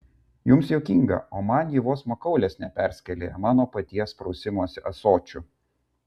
jums juokinga o man ji vos makaulės neperskėlė mano paties prausimosi ąsočiu